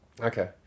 Okay